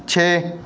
ਛੇ